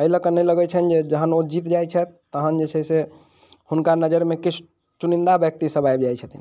एहि लऽ कऽ नहि लगैत छनि जहन ओ जीत जाइत छथि तहन जे छै से हुनका नजरमे किछु चुनिंदा व्यक्ति सब आबि जाइत छथिन